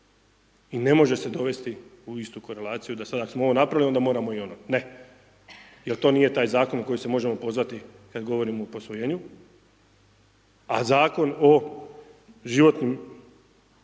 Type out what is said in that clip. i ne može se dovesti u istu korelaciju da sad ako smo ovo napravili, onda moramo i ono. Ne, jer to nije taj Zakon na koji se možemo pozvati kad govorimo o posvojenju, a Zakon o životnim